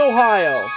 Ohio